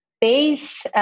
BASE